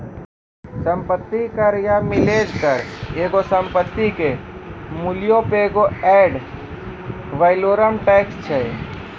सम्पति कर या मिलेज कर एगो संपत्ति के मूल्यो पे एगो एड वैलोरम टैक्स छै